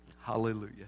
Hallelujah